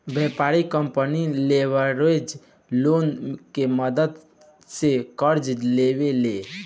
व्यापारिक company leverage loan के मदद से कर्जा लेवे ले